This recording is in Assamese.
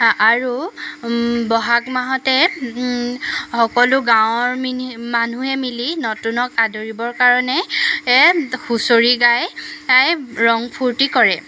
আৰু বহাগ মাহতে সকলো গাঁৱৰ মিনি মানুহে মিলি নতুনক আদৰিবৰ কাৰণে হুঁচৰি গায় গায় ৰং ফূৰ্তি কৰে